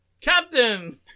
Captain